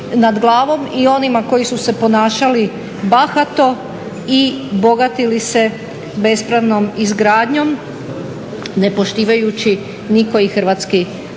i onima koji su se ponašali bahato i bogatili se bespravnom izgradnjom ne poštujući nijedan hrvatski propis.